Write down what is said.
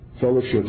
Fellowship